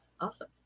Awesome